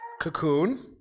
cocoon